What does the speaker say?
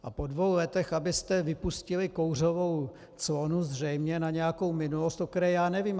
A po dvou letech abyste vypustili kouřovou clonu zřejmě na nějakou minulost, o které já nevím...